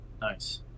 Nice